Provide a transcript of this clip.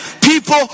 people